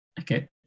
Okay